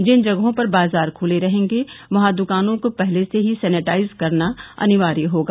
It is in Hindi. जिन जगहों पर बाजार खुले रहेंगे वहां दुकानों को पहले से ही सेनेटाइज करना अनिवार्य होगा